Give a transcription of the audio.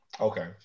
Okay